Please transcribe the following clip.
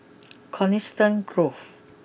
Coniston Grove